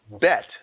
bet